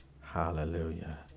Hallelujah